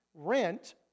rent